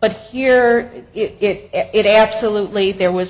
but here it absolutely there was